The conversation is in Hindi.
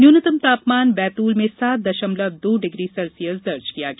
न्यूनतम तापमान बैतूल में सात दशमलव दो डिग्री सेल्सियस दर्ज किया गया